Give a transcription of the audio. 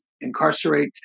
incarcerate